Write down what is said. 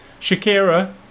Shakira